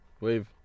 Wave